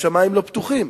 השמים לא פתוחים.